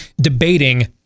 debating